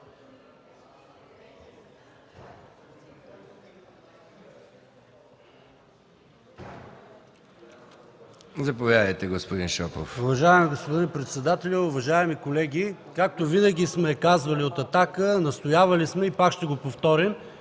Заповядайте, господин Шопов.